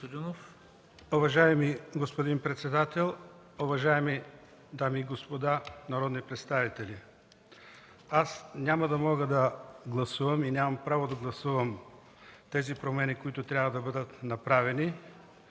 Уважаеми господин председател, уважаеми дами и господа народни представители! Аз няма да мога и нямам право да гласувам промените, които трябва да бъдат направени,